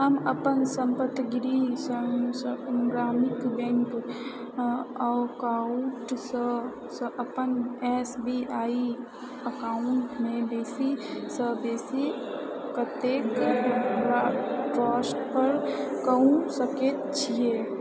हम अपन सप्तगिरि ग्रामीण बैंक अकाउंटसँ अपन एस बी आई अकाउंटमे बेसीसँ बेसी कतेक ट्रांस्फर कऽ सकैत छियै